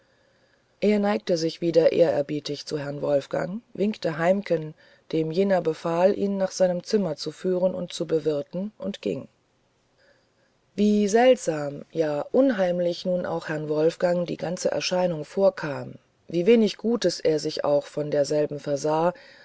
er neigte sich wieder ehrerbietig vor herrn wolfgang winkte heimken dem jener befahl ihn nach seinem zimmer zu führen und zu bewirten und ging wie seltsam ja unheimlich nun auch herrn wolfgang die ganze erscheinung vorkam wie wenig gutes er sich auch von derselben versah